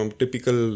typical